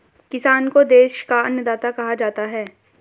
किसान को देश का अन्नदाता कहा जाता है